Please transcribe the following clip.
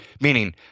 meaning